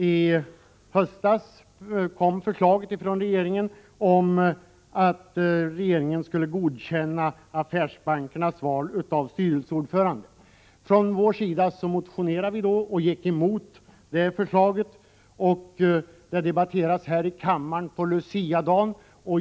I höstas kom förslaget från regeringen om att regeringen skulle godkänna affärsbankernas val av styrelseordförande. Vi motionerade från vår sida och gick emot det förslaget. Det debatterades här i kammaren på Luciadagen.